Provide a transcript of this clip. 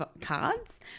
cards